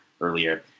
earlier